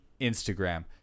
instagram